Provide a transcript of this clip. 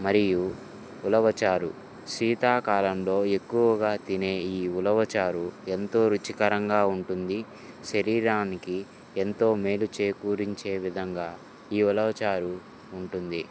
మరియు ఉలవచారు శీతాకాలంలో ఎక్కువగా తినే ఈ ఉలవచారు ఎంతో రుచికరంగా ఉంటుంది శరీరానికి ఎంతో మేలు చేకూరించే విధంగా ఈ ఉలవచారు ఉంటుంది